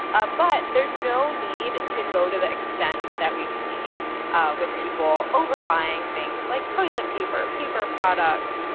ah but there's no need to go to the extent that we've seen with people over-buying things like toilet paper, paper products,